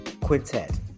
Quintet